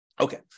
Okay